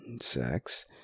sex